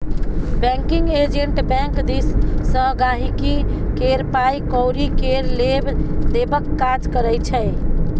banking agent bank दिस सँ गांहिकी केर पाइ कौरी केर लेब देबक काज करै छै